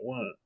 One